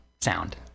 sound